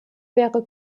wäre